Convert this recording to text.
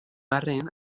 arren